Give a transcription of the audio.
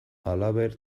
halaber